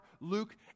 Luke